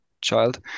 child